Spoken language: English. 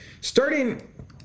starting